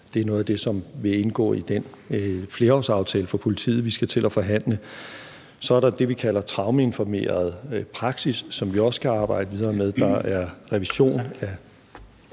det er noget af det, som vil indgå i den flerårsaftale for politiet, vi skal til at forhandle. Så er der det, vi kalder traumeinformeret praksis, som vi også skal arbejde videre med, der er revision af ...